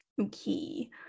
Okay